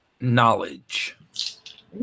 knowledge